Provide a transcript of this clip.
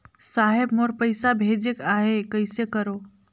साहेब मोर पइसा भेजेक आहे, कइसे करो?